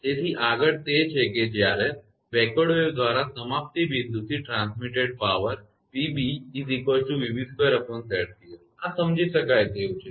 તેથી આગળ તે છે કે જ્યારે બેકવર્ડ વેવ દ્વારા સમાપ્તિ બિંદુથી ટ્રાન્સમીટેડ પાવર પ્રસારિત પાવર તે 𝑃𝑏 𝑣𝑏2𝑍𝑐 હશે આ સમજી શકાય તેવું છે